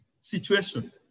situation